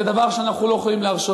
זה דבר שאנחנו לא יכולים להרשות.